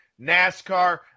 NASCAR